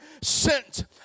sent